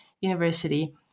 University